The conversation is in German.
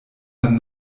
dann